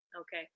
Okay